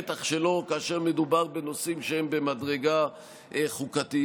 בטח שלא כאשר מדובר בנושאים שהם במדרגה חוקתית.